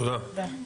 תודה.